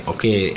Okay